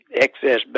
excess